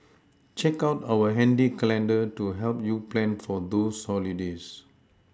check out our handy calendar to help you plan for those holidays